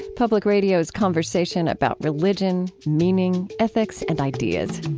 public radio's conversation about religion, meaning, ethics, and ideas.